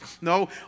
No